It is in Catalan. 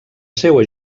seua